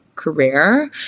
career